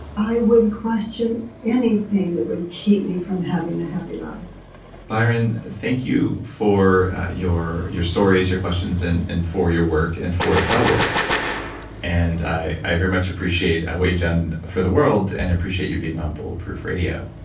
i would question anything that would keep me from having a happy life byron, thank you for your your stories, your questions and and for your work and for the work and i i very much appreciate what you've done for the world and appreciate you being on bulletproof radio.